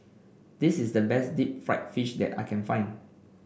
this is the best Deep Fried Fish that I can find